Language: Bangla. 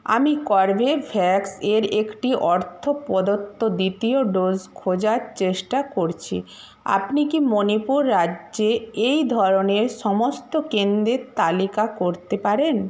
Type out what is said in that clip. আমি কর্বেভ্যাক্স এর একটি অর্থপ্রদত্ত দ্বিতীয় ডোজ খোঁজার চেষ্টা করছি আপনি কি মণিপুর রাজ্যে এই ধরনের সমস্ত কেন্দ্রের তালিকা করতে পারেন